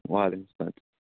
وعلیکُم اسلام